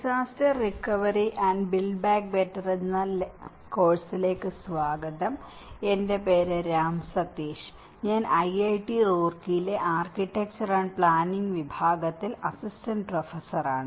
disaster recovery and build back better എന്ന കോഴ്സിലേക്ക് സ്വാഗതം എന്റെ പേര് രാം സതീഷ് ഞാൻ ഐഐടി റൂർക്കിയിലെ ആർക്കിടെക്ചർ ആന്റ് പ്ലാനിംഗ് വിഭാഗത്തിൽ അസിസ്റ്റന്റ് പ്രൊഫസറാണ്